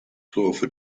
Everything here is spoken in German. strophe